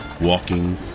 walking